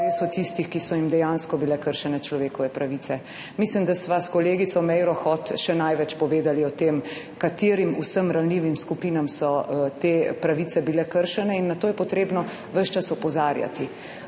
res o tistih, ki so jim dejansko bile kršene človekove pravice. Mislim, da sva s kolegico Meiro Hot še največ povedali o tem, katerim vsem ranljivim skupinam so bile te pravice kršene. In na to je potrebno ves čas opozarjati,